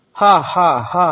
హ హ హ హ